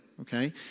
Okay